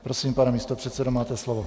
Prosím, pane místopředsedo, máte slovo.